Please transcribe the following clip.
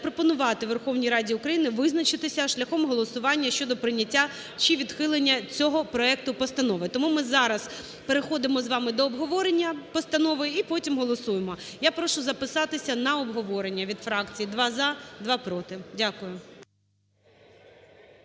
запропонувати Верховній Раді України визначитися шляхом голосування щодо прийняття чи відхилення цього проекту постанови. Тому ми зараз переходимо з вами до обговорення постанови і потім голосуємо. Я прошу записатися на обговорення від фракцій: два – за, два – проти. Дякую.